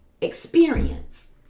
experience